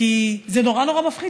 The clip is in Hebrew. כי זה נורא נורא מפחיד.